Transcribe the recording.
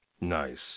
Nice